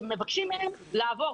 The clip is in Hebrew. מבקשים מהם לעבור,